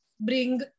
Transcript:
bring